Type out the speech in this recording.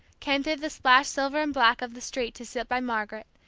came through the splashed silver-and-black of the street to sit by margaret,